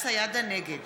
נגד